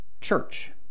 church